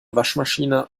waschmaschine